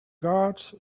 guards